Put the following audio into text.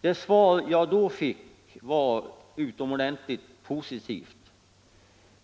Det svar jag då fick var utomordentligt positivt.